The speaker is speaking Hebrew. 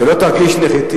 שלא תרגיש נחיתות,